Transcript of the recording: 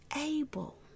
able